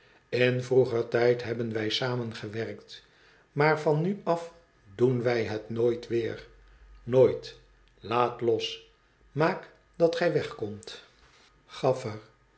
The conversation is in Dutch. in vroeger tijd hebben wij samen gewerkt maar van nu af doen wij het nooit weer nooit laat los maak dat gij wegkomt tgafifer